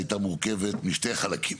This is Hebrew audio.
הייתה מורכבת משני חלקים: